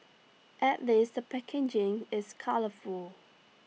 at least the packaging is colourful